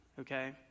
okay